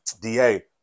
DA